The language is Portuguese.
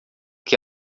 que